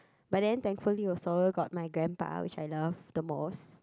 but then thankfully also got my grandpa which I love the most